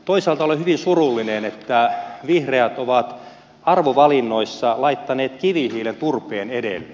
toisaalta olen hyvin surullinen että vihreät ovat arvovalinnoissaan laittaneet kivihiilen turpeen edelle